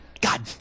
God